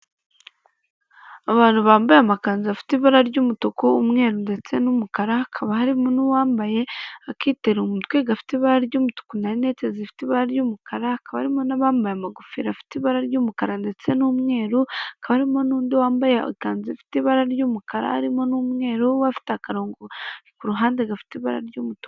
Abantu bambaye amakanzu afite ibara ry'umutuku, umweru ndetse n'umukara, hakaba harimo n'uwambaye akitero mu mutwe gafite ibara ry'umutuku na rinete zifite ibara ry'umukara, hakaba harimo n'abambaye amagofero afite ibara ry'umukara, ndetse n'umweru, hakaba harimo n'undi wambaye ikanzu ifite ibara ry'umukara, harimo n'umweru ufite akarongo ku ruhande gafite ibara ry'umutuku.